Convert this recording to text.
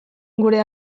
gure